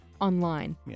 online